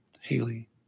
Haley